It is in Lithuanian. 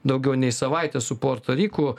daugiau nei savaitę su puerto riku